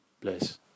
Bless